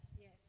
Yes